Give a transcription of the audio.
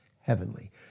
heavenly